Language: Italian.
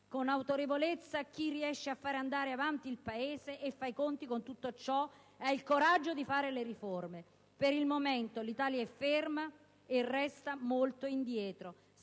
con l'autorevolezza di chi riesce a far andare avanti il Paese, fa i conti con tutto ciò ed ha il coraggio di fare le riforme. Per il momento l'Italia è ferma e resta molto indietro,